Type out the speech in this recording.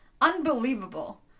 Unbelievable